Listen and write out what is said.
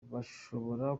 bashobora